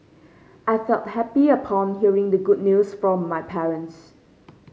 I felt happy upon hearing the good news from my parents